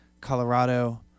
colorado